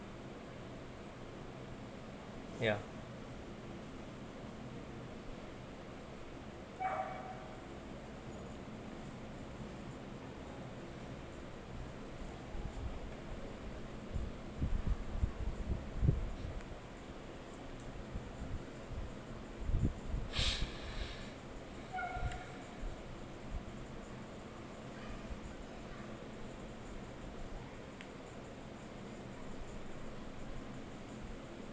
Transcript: ya